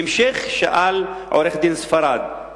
בהמשך שאל עורך-דין ספרד: